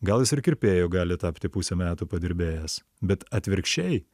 gal jis ir kirpėju gali tapti pusę metų padirbėjęs bet atvirkščiai